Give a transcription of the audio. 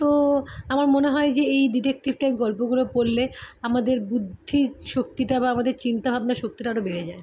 তো আমার মনে হয় যে এই ডিটেকটিভ টাইপ গল্পগুলো পড়লে আমাদের বুদ্ধিশক্তিটা বা আমাদের চিন্তাভাবনা শক্তিটা আরও বেড়ে যায়